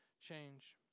change